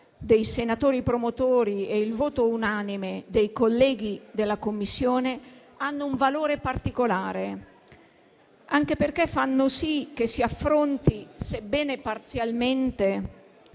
dei senatori promotori e al voto unanime dei colleghi della Commissione, hanno un valore particolare, anche perché fanno sì che si affronti, sebbene parzialmente,